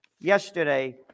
yesterday